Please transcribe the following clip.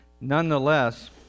nonetheless